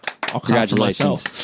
Congratulations